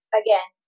again